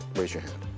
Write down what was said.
raise your hand.